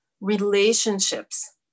relationships